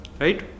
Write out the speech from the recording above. Right